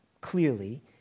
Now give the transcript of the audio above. clearly